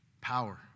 Power